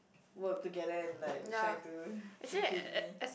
work together and like try to defeat me